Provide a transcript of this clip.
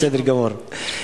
בסדר גמור.